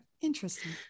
Interesting